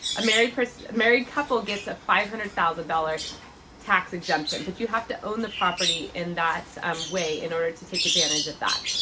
ah married married couple gets a five hundred thousand dollars tax exemption. but you have to own the property in that um way in order to take advantage of that.